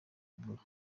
ebola